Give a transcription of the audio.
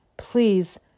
Please